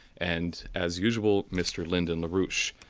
and as usual, mr. lyndon larouche.